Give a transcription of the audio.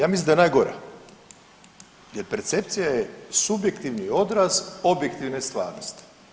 Ja mislim da je najgora, jer percepcija je subjektivni odraz objektivne stvarnosti.